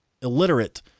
illiterate